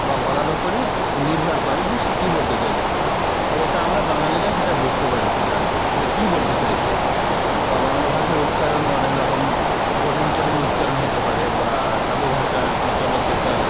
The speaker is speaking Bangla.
বা বলার উপরে নির্ভর করে যে সেটা কী বলতে চাইছে বা এটা আমরা বাঙালিরা সেটা বুঝতে পারি সেটা যে কী বলতে চাইছে বা বাংলা ভাষার উচ্চারণ অনেক রকম কঠিন কঠিন উচ্চারণ হতে পারে বা সাধু ভাষায় কথা বলতে চাই